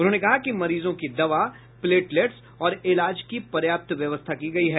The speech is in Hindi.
उन्होंने कहा कि मरीजों की दवा प्लेटलेट्स और इलाज की पर्याप्त व्यवस्था की गयी है